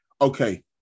Okay